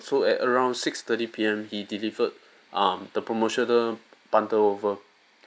so at around six thirty PM he delivered um the promotional bundle over